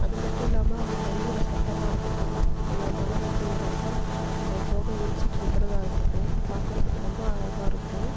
அது மட்டும் இல்லாமல் அந்த மயிலோட சத்தமாக இருக்கட்டும் இல்லை மழை பெய்கிறப்ப அது தோகை விரிச்சுட்டு இருக்கிறதா இருக்கட்டும் பாக்கிறதுக்கு ரொம்ப அழகா இருக்கும்